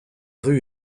rue